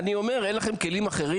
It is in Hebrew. אני אומר, אין לכם כלים אחרים?